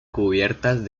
cubiertas